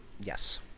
yes